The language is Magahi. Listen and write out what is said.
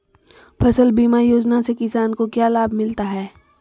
फसल बीमा योजना से किसान को क्या लाभ मिलता है?